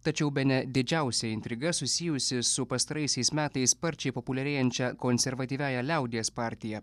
tačiau bene didžiausia intriga susijusi su pastaraisiais metais sparčiai populiarėjančia konservatyviąja liaudies partija